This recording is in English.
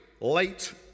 late